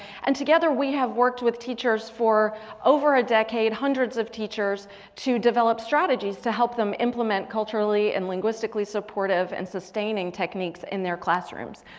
and together we have worked with teachers for over a decade. hundreds of teachers to develop strategies to help them implement culturally and linguistically supportive and sustaining techniques in their classrooms.